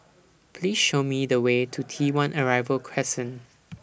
Please Show Me The Way to T one Arrival Crescent